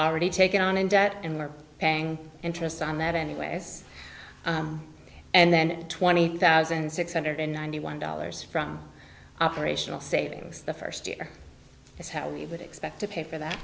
already taken on in debt and we're paying interest on that anyways and then twenty thousand six hundred ninety one dollars from operational savings the first year is how we would expect to pay for that